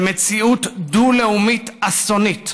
למציאות דו-לאומית אסונית.